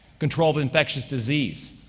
control of infectious disease,